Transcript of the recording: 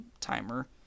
timer